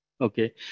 Okay